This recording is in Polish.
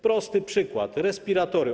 Prosty przykład: respiratory.